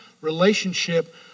relationship